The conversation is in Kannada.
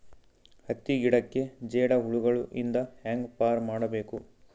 ಹತ್ತಿ ಗಿಡಕ್ಕೆ ಜೇಡ ಹುಳಗಳು ಇಂದ ಹ್ಯಾಂಗ್ ಪಾರ್ ಮಾಡಬೇಕು?